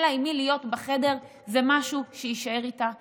לה עם מי להיות בחדר זה משהו שיישאר איתה תמיד.